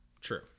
True